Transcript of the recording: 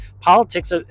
politics